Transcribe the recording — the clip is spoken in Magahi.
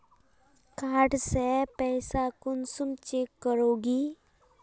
कार्ड से पैसा कुंसम चेक करोगी?